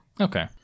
Okay